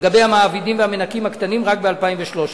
ולגבי המעבידים והמנכים הקטנים רק ב-2013.